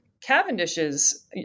cavendish's